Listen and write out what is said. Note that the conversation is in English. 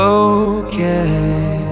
okay